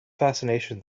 fascination